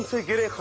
forgive me,